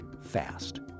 fast